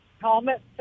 helmet